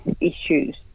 issues